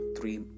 three